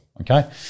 okay